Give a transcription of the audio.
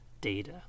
data